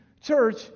church